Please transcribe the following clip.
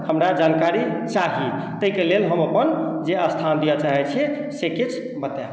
हमरा जानकारी चाही ताहिके लेल हम अपन जे स्थान दिअ चाहैत छियै से किछु बतायब